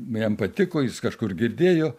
jam patiko jis kažkur girdėjo